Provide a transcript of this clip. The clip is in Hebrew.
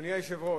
אדוני היושב-ראש,